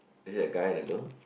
is it a guy and a girl